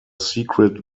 secret